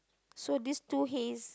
so this two hays